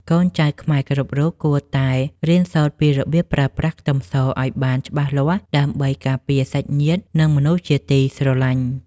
កូនចៅខ្មែរគ្រប់រូបគួរតែរៀនសូត្រពីរបៀបប្រើប្រាស់ខ្ទឹមសឱ្យបានច្បាស់លាស់ដើម្បីការពារសាច់ញាតិនិងមនុស្សជាទីស្រឡាញ់។